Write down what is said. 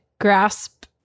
grasp